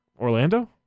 Orlando